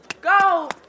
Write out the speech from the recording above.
Go